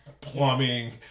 plumbing